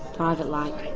private, like.